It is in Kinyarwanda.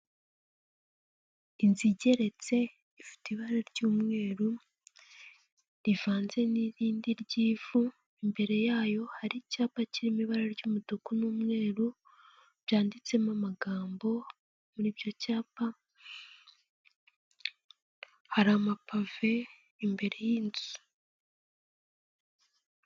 Inzu igeretse ifite ibara ry'umweru rivanze n'irindi ry'ivu, imbere yayo hari icyapa kirimo ibara ry'umutuku n'umweru byanditsemo amagambo, muri ibyo cyapa hari amapave imbere y'inzu.